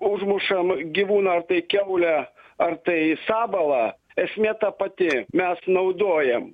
užmušam gyvūną ar tai kiaulę ar tai sabalą esmė ta pati mes naudojam